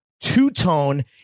two-tone